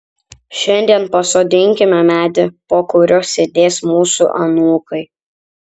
šiandien pasodinkime medį po kuriuo sėdės mūsų anūkai